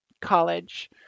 College